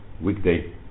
weekday